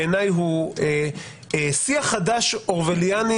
בעיני הוא שיח חדש אורוולייני,